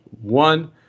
one